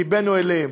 לבנו אליהם,